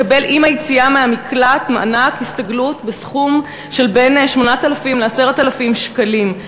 לקבל עם היציאה מהמקלט מענק הסתגלות בסכום של בין 8,000 ל-10,000 שקלים.